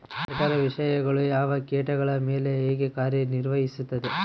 ಜಠರ ವಿಷಯಗಳು ಯಾವ ಕೇಟಗಳ ಮೇಲೆ ಹೇಗೆ ಕಾರ್ಯ ನಿರ್ವಹಿಸುತ್ತದೆ?